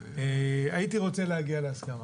הייתי רוצה להגיע להסכמה.